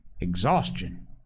exhaustion